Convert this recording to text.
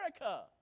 America